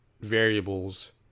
variables